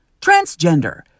transgender